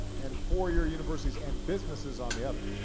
and four-year universities and businesses on the other.